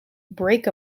break